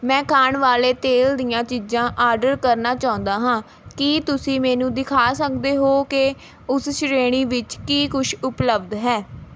ਮੈਂ ਖਾਣ ਵਾਲੇ ਤੇਲ ਦੀਆਂ ਚੀਜ਼ਾਂ ਆਰਡਰ ਕਰਨਾ ਚਾਹੁੰਦਾ ਹਾਂ ਕੀ ਤੁਸੀਂ ਮੈਨੂੰ ਦਿਖਾ ਸਕਦੇ ਹੋ ਕਿ ਉਸ ਸ਼੍ਰੇਣੀ ਵਿੱਚ ਕੀ ਕੁਛ ਉਪਲਬਧ ਹੈ